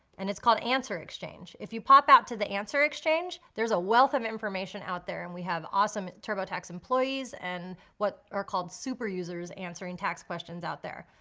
and it's called answer exchange. if you pop out to the answer exchange there's a wealth of information out there, and we have awesome turbotax employees and what are called super users answering tax questions out there.